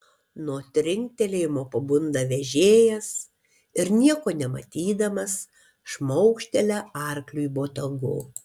nuo trinktelėjimo pabunda vežėjas ir nieko nematydamas šmaukštelia arkliui botagu